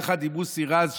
עם מוסי רז,